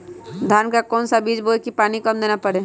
धान का कौन सा बीज बोय की पानी कम देना परे?